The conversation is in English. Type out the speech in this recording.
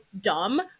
dumb